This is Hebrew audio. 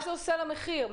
עושה למחיר?